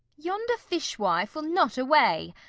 yonder fish-wife will not away.